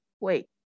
wait